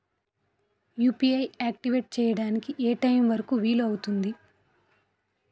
UPI activate చెయ్యడానికి ఏ time వరుకు వీలు అవుతుంది?